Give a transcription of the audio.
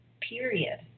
period